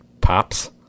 Pops